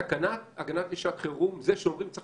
תקנת הגנה (שעת-חירום) זה שאומרים שצריך